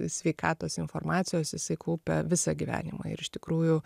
sveikatos informacijos jisai kaupia visą gyvenimą ir iš tikrųjų